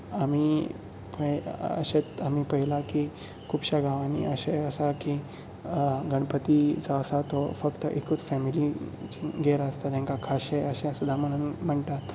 आमी थंय अशेंच आमी पयलां की खुबशा गांवांनी अशेंय आसा की गणपती जो आसा तो फकत एकूच फॅमिलीगेर आसता तांकां कांयशे असे फुलां मांडून मांडटात